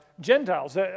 Gentiles